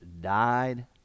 died